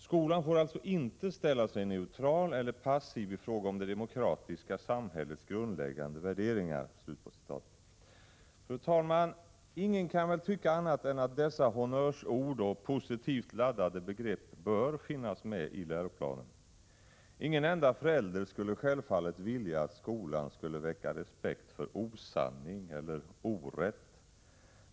——— Skolan får alltså inte ställa sig neutral eller passiv i fråga om det demokratiska samhällets grundläggande värderingar.” Ingen kan väl tycka annat än att dessa honnörsord och positivt laddade begrepp bör finnas med i läroplanen. Ingen enda förälder skulle självfallet vilja att skolan skall väcka respekt för osanning eller orätt.